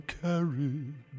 carried